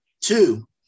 Two